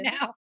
now